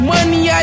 Money